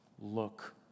Look